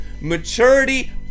Maturity